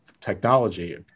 technology